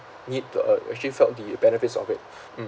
need to uh actually felt the benefits of it mm